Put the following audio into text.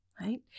right